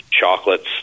chocolates